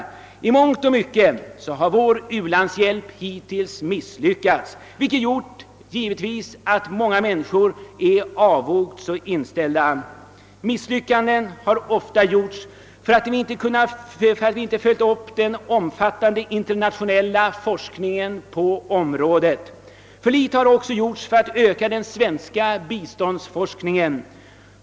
I mångt och mycket har vår u-landshjälp hittills misslyckats, vilket gjort att många människor är avogt inställda. Misslyckandena har ofta berott på att vi inte följt den omfattande internationella forskningen på området. För litet har också gjorts för att öka den svenska biståndsforskningen.